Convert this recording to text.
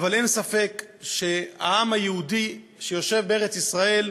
אבל אין ספק שהעם היהודי שיושב בארץ-ישראל,